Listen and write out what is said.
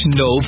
no